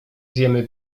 zjemy